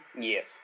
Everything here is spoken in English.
Yes